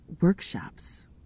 workshops